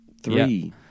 Three